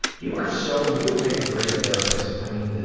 you are so, you would make a great therapist. i mean,